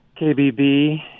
KBB